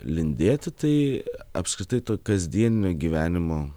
lindėti tai apskritai to kasdieninio gyvenimo